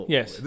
Yes